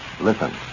Listen